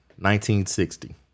1960